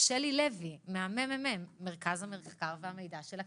שלי לוי ממרכז המחקר והמידע של הכנסת,